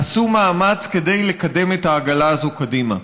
עשו מאמץ כדי לקדם את העגלה הזאת קדימה.